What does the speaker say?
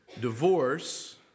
Divorce